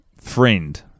Friend